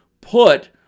put